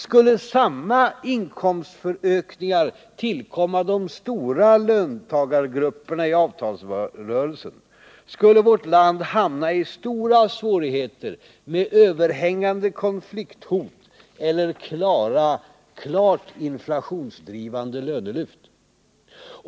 Skulle samma inkomstökningar tillkomma de stora löntagargrupperna i avtalsrörelsen, skulle vårt land hamna i stora svårigheter med överhängande konflikthot eller klart inflationsdrivande lönelyft.